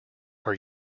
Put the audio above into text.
are